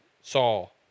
Saul